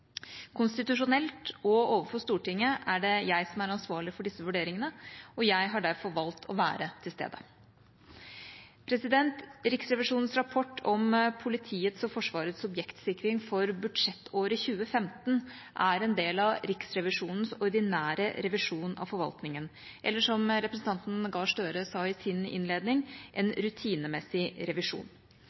Konstitusjonelt og overfor Stortinget er det jeg som er ansvarlig for disse vurderingene, og jeg har derfor valgt å være til stede. Riksrevisjonens rapport om politiets og Forsvarets objektsikring for budsjettåret 2015 er en del av Riksrevisjonens ordinære revisjon av forvaltningen, eller som representanten Gahr Støre sa i sin innledning: en rutinemessig revisjon.